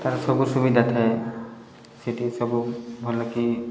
ତା'ର ସବୁ ସୁବିଧା ଥାଏ ସେଠି ସବୁ ଭଲ କି